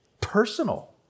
personal